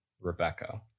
Rebecca